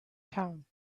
town